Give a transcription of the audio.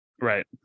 Right